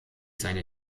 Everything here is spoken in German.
seine